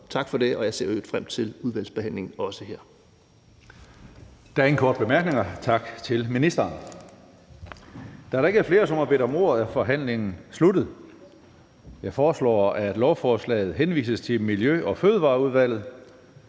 Tredje næstformand (Karsten Hønge): Der er ingen korte bemærkninger. Tak til ministeren. Da der ikke er flere, som har bedt om ordet, er forhandlingen sluttet. Jeg foreslår, at lovforslaget henvises til Miljø- og Fødevareudvalget.